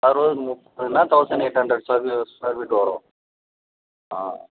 அறுபதுக்கு முப்பதுனா thousand eight hundred சது ஸ்கொயர் ஃபீட் வரும் ஆ